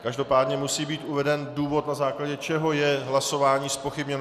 Každopádně musí být uveden důvod, na základě čeho je hlasování zpochybněno.